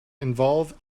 involve